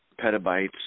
petabytes